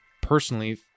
personally